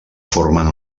formen